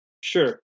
Sure